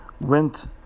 went